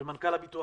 ומנכ"ל הביטוח